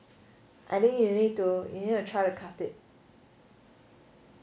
I think you need to you need to try to cut it